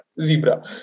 zebra